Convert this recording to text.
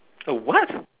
a what